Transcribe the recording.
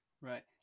Right